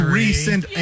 recent